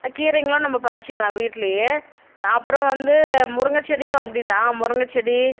கீரைகளும் நம்ம பறித்துக்கலாம் வீட்டிலேயே அப்புறம் வந்து முருங்கைச் செடியும் அப்படி தான் முருங்கைச் செடி